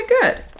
good